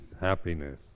happiness